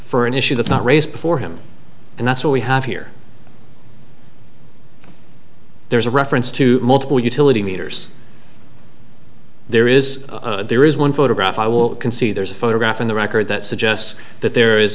for an issue that's not raised before him and that's what we have here there's a reference to multiple utility meters there is there is one photograph i will concede there's a photograph in the record that suggests that there